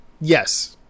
Yes